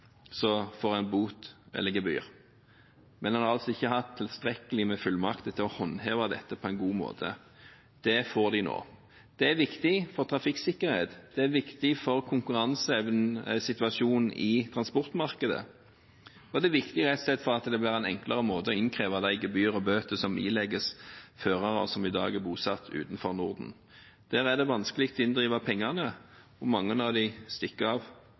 en bot eller gebyr, men en har altså ikke hatt tilstrekkelig med fullmakter til å håndheve dette på en god måte. Det får de nå. Det er viktig for trafikksikkerheten, det er viktig for konkurransesituasjonen i transportmarkedet, og det er viktig rett og slett fordi det blir en enklere måte å innkreve gebyr og bøter som ilegges førere som i dag er bosatt utenfor Norden. Der er det vanskelig å inndrive pengene, og mange av dem stikker av